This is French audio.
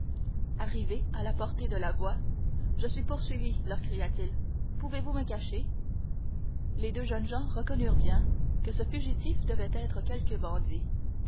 arrivé à la portée de la voix je suis poursuivi leur cria-t-il pouvez-vous me cacher les deux jeunes gens reconnurent bien que ce fugitif devait être quelque bandit